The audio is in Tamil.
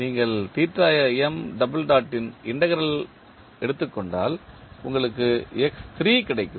நீங்கள் இன் இண்டெக்ரல் ஐ எடுத்துக் கொண்டால் உங்களுக்கு கிடைக்கும்